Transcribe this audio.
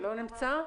לא נמצא?